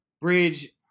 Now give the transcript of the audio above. bridge